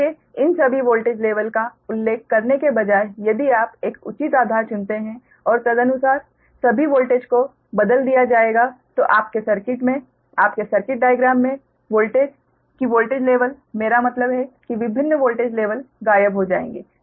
इसलिए इन सभी वोल्टेज लेवल का उल्लेख करने के बजाय यदि आप एक उचित आधार चुनते हैं और तदनुसार सभी वोल्टेज को बदल दिया जाएगा तो आपके सर्किट में आपके सर्किट डाइग्राम में वोल्टेज कि वोल्टेज लेवल मेरा मतलब है कि विभिन्न वोल्टेज लेवल गायब हो जाएंगे